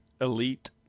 elite